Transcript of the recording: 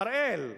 "הראל"